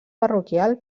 parroquial